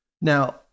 now